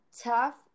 tough